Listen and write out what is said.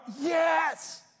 Yes